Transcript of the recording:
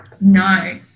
no